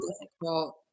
difficult